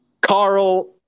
Carl